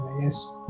yes